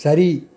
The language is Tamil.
சரி